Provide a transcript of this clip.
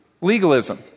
legalism